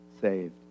saved